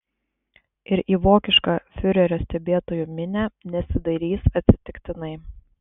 ir į vokišką fiurerio stebėtojų minią nesidairys atsitiktinai